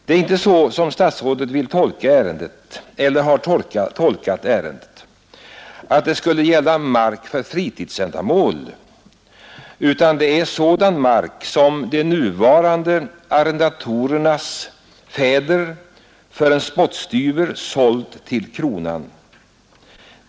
Det är inte så — som statsrådet har velat tolka ärendet — att det skulle gälla mark för fritidsändamål, utan det är sådan mark som de nuvarande arrendatorernas fäder för en spottstyver sålt till kronan.